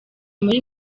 muri